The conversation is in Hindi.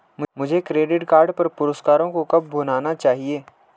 मुझे क्रेडिट कार्ड पर पुरस्कारों को कब भुनाना चाहिए?